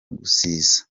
gusiza